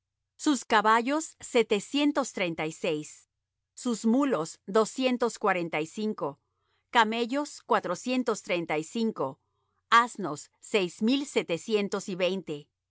sus caballos setecientos treinta y seis sus mulos doscientos cuarenta y cinco camellos cuatrocientos treinta y cinco asnos seis mil setecientos y veinte